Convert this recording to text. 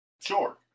sure